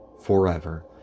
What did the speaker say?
forever